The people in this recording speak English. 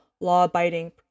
law-abiding